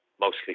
mostly